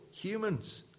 humans